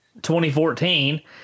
2014